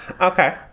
Okay